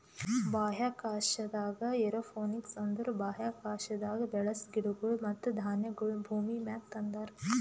ಬಾಹ್ಯಾಕಾಶದಾಗ್ ಏರೋಪೋನಿಕ್ಸ್ ಅಂದುರ್ ಬಾಹ್ಯಾಕಾಶದಾಗ್ ಬೆಳಸ ಗಿಡಗೊಳ್ ಮತ್ತ ಧಾನ್ಯಗೊಳ್ ಭೂಮಿಮ್ಯಾಗ ತಂದಾರ್